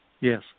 Yes